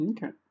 Okay